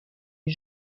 est